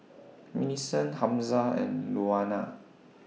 Millicent Hamza and Louanna